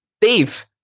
Dave